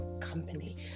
company